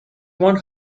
one